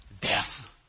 Death